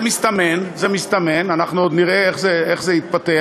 זה מסתמן, זה מסתמן, אנחנו עוד נראה איך זה יתפתח.